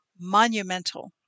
monumental